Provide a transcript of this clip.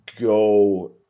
go